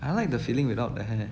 I like the feeling without the hair